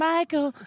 Michael